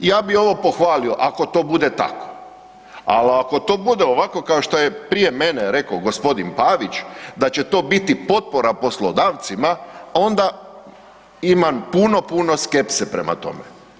I ja bi ovo pohvalio ako to bude tako, ali ako to bude ovako kao što je prije mene rekao gospodin Pavić da će to biti potpora poslodavcima onda imam puno, puno skepse prema tome.